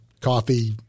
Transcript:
coffee